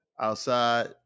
Outside